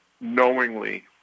knowingly